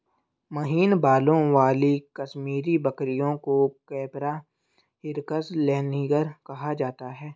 महीन बालों वाली कश्मीरी बकरियों को कैपरा हिरकस लैनिगर कहा जाता है